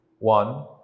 one